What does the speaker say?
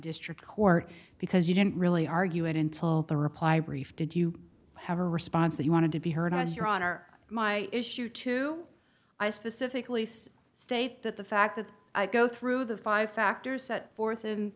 district court because you didn't really argue it into the reply brief did you have a response that you wanted to be heard as your honor my issue to i specifically says state that the fact that i go through the five factors set forth in